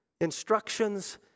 instructions